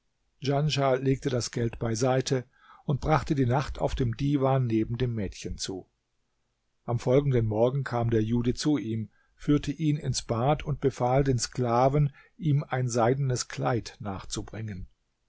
legte das geld beiseite und brachte die nacht auf dem diwan neben dem mädchen zu am folgenden morgen kam der jude zu ihm führte ihn ins bad und befahl den sklaven ihm ein seidenes kleid nachzubringen